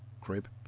crib